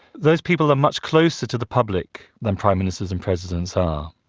those people are much closer to the public than prime ministers and presidents are.